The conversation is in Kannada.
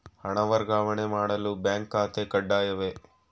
ಹಣ ವರ್ಗಾವಣೆ ಮಾಡಲು ಬ್ಯಾಂಕ್ ಖಾತೆ ಕಡ್ಡಾಯವೇ?